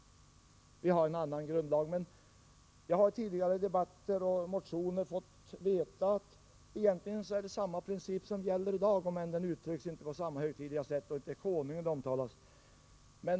Vi har en annan grundlag nu, men jag har i tidigare debatter och motioner fått veta att det egentligen är samma princip som gäller i dag även om den inte uttrycks på samma högtidliga sätt och Konungen inte omtalas.